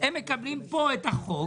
הם מקבלים פה את החוק,